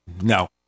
No